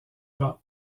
bas